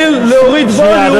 תואיל להוריד ווליום,